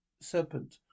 serpent